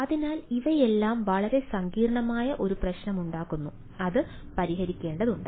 അതിനാൽ ഇവയെല്ലാം വളരെ സങ്കീർണ്ണമായ ഒരു പ്രശ്നമുണ്ടാക്കുന്നു അത് പരിഹരിക്കേണ്ടതുണ്ട്